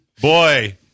Boy